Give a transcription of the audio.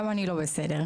גם אני לא בסדר.